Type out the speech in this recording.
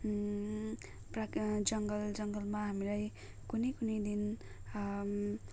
जङ्गल जङ्गलमा हामीलाई कुनै कुनै दिन